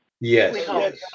yes